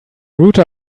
router